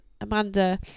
Amanda